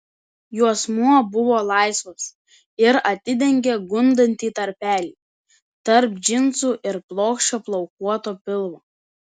juosmuo buvo laisvas ir atidengė gundantį tarpelį tarp džinsų ir plokščio plaukuoto pilvo